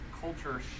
culture